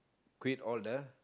quit all the